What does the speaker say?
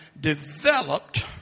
developed